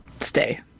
stay